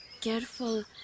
Careful